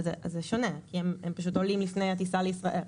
אז זה שונה, כי הם פשוט עולים לפני הטיסה לישראל.